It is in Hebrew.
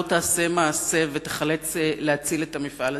תעשה מעשה ותיחלץ להציל את המפעל הזה,